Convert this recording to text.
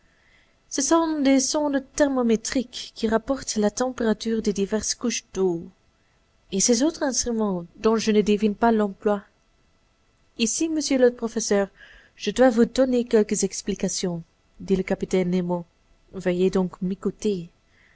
ce sont des sondes thermométriques qui rapportent la température des diverses couches d'eau et ces autres instruments dont je ne devine pas l'emploi ici monsieur le professeur je dois vous donner quelques explications dit le capitaine nemo veuillez donc m'écouter